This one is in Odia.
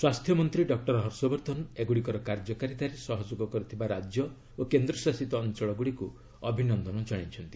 ସ୍ୱାସ୍ଥ୍ୟମନ୍ତ୍ରୀ ଡକ୍ର ହର୍ଷବର୍ଦ୍ଧନ ଏଗୁଡ଼ିକର କାର୍ଯ୍ୟକାରିତାରେ ସହଯୋଗ କରିଥିବା ରାଜ୍ୟ ଓ କେନ୍ଦ୍ଶାସିତ ଅଞ୍ଚଳଗୁଡ଼ିକୁ ଅଭିନନ୍ଦନ ଜଣାଇଛନ୍ତି